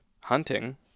hunting